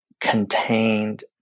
contained